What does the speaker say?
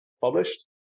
published